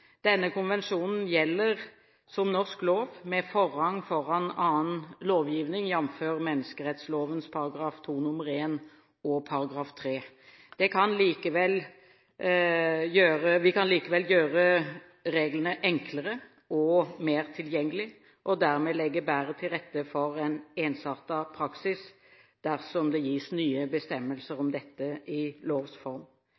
Denne konvensjonen gjelder som norsk lov, med forrang foran annen lovgivning, jf. menneskerettslovens § 2 nr. 1 og § 3. Vi kan likevel gjøre reglene enklere og mer tilgjengelige og dermed legge bedre til rette for en ensartet praksis, dersom det gis nye bestemmelser om dette i lovs form.